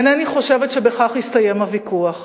אינני חושבת שבכך יסתיים הוויכוח.